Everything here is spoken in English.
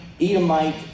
Edomite